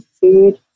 food